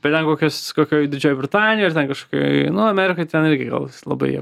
bet ten kokius kokioj didžiojoj britanijoj ar ten kažkokioj nu amerikoj ten irgi gal labai